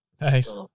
Nice